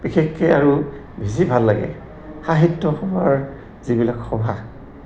বিশেষকে আৰু বেছি ভাল লাগে সাহিত্যসভাৰ যিবিলাক সভা